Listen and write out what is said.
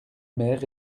mer